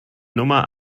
nummer